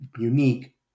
unique